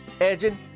edging